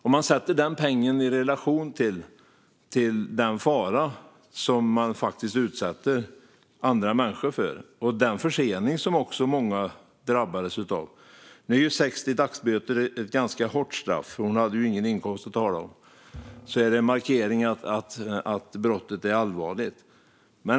Vi kan sätta den pengen i relation till den fara som andra människor utsattes för och även den försening som många drabbades av. Nu är 60 dagsböter ett ganska hårt straff, för hon hade ju ingen inkomst att tala om. Det är en markering av att brottet är allvarligt.